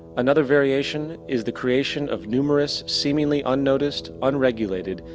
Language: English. another variation is the creation of numerous, seemingly unnoticed, unregulated,